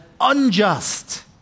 unjust